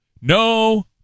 No